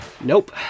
Nope